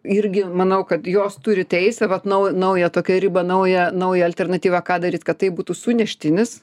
irgi manau kad jos turi teisę vat nau naują tokią ribą naują naują alternatyvą ką daryt kad tai būtų suneštinis